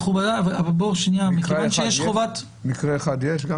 מקרה אחד יש?